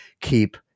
keep